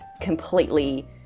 completely